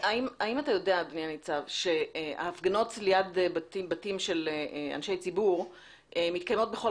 האם אתה יודע שההפגנות ליד בתים של אנשי ציבור מתקיימות בכל